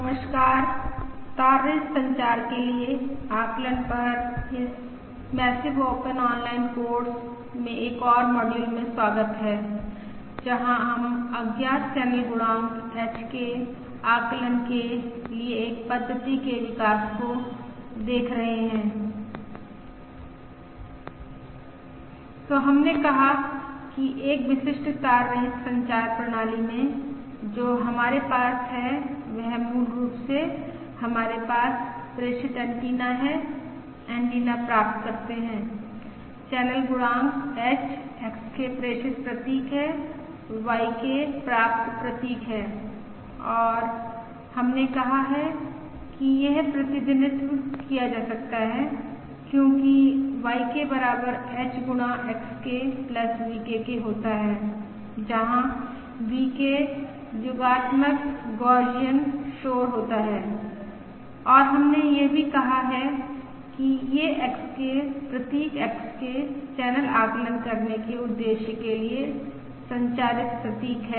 नमस्कार तार रहित संचार के लिए आकलन पर इस मैसिव ओपन ऑनलाइन कोर्स में एक और मॉड्यूल मे स्वागत है जहां हम अज्ञात चैनल गुणांक h के आकलन के लिए एक पद्धति के विकास को देख रहे हैं तो हमने कहा कि एक विशिष्ट तार रहित संचार प्रणाली में जो हमारे पास है वह मूल रूप से हमारे पास प्रेषित एंटीना है एंटीना प्राप्त करते हैं चैनल गुणांक h XK प्रेषित प्रतीक है YK प्राप्त प्रतीक है और हमने कहा है कि यह प्रतिनिधित्व किया जा सकता है क्योंकि YK बराबर h गुणा XK VK के होता है जहां VK योगात्मक गौसियन शोर होता है और हमने यह भी कहा कि ये XK प्रतीक XK चैनल आकलन करने के उद्देश्य के लिए संचरित प्रतीक हैं